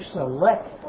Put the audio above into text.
select